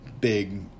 big